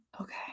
okay